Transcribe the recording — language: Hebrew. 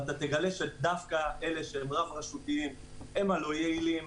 ואתה תגלה שדווקא אלה שהם רב-רשותיים הם הלא-יעילים.